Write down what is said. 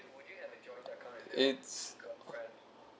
it's